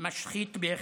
משחית בהחלט".